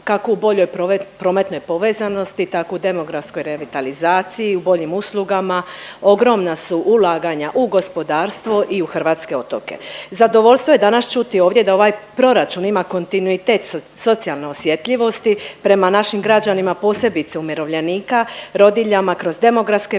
kako u boljoj prometnoj povezanosti tako u demografskoj revitalizaciji, u boljim uslugama, ogromna su ulaganja u gospodarstvo i u hrvatske otoke. Zadovoljstvo je danas čuti ovdje da ovaj proračun ima kontinuitet socijalne osjetljivosti prema našim građanima, a posebice umirovljenika, rodiljama kroz demografske mjere,